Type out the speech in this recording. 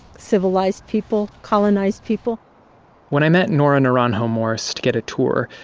civilized people, colonized people when i met nora naranjo-morse to get a tour,